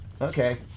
okay